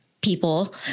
people